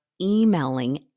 emailing